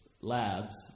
labs